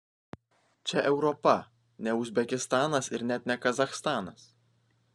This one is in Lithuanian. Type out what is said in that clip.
čia europa ne uzbekistanas ir net ne kazachstanas